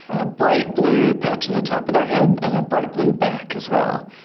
and a bright blue patch on the top of their head and a bright blue back as well,